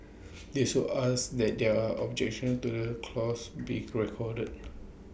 they are so asked that their objection to the clause be correct corded